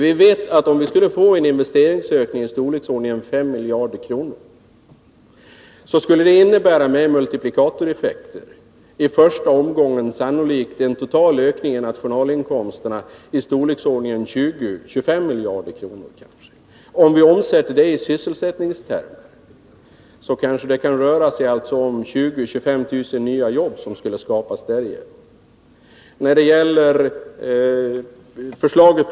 Vi vet att om vi skulle få en investeringsökning i storleksordningen 5 miljarder kronor, skulle det i första omgången med multiplikatoreffekter sannolikt innebära en total ökning av nationalinkomsterna i storleksordningen 20 å 25 miljarder kronor. Omsatt i sysselsättningstermer kan det kanske röra sig om 20 000 å 25 000 nya jobb som skulle skapas den vägen.